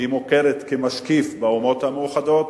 מוכרת כמשקיף באומות המאוחדות